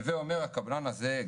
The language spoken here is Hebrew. הווה אומר הקבלן הזה,